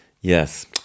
Yes